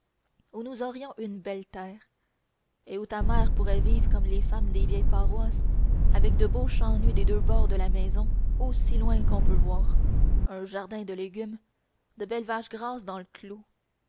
où nous aurions une belle terre et où ta mère pourrait vivre comme les femmes des vieilles paroisses avec de beaux champs nus des deux bords de la maison aussi loin qu'on peut voir un jardin de légumes de belles vaches grasses dans le clos